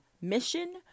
mission